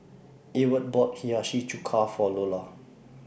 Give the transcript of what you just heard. Ewart bought Hiyashi Chuka For Lola